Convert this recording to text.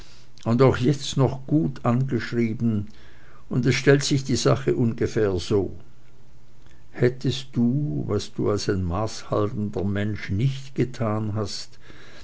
und auch jetzt noch gut angeschrieben und es stellt sich die sache ungefähr so hättest du was du als ein maßhaltender mensch nicht getan hast